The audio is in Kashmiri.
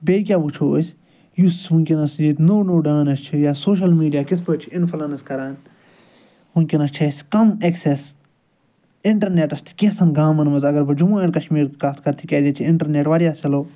بیٚیہِ کیٛاہ وُچھو أسۍ یُس وُنٛکیٚس ییٚتہِ نوٚو نوٚو ڈانَس چھُ یا سوشَل میٖڈیا کِتھ پٲٹھۍ چھُ اِنفٕلَنس کَران وُنٛکیٚس چھِ اسہِ کم ایٚکسیٚس اِنٹرنیٚٹَس تہٕ کینٛژَن گامَن مَنٛز اگر بہٕ جموں اینٛڈ کشمیٖرٕچۍ کتھ کَرٕ تِکیٛاز ییٚتہ چھُ اِنٹرنیٚٹ واریاہ سلوٚو